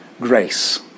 grace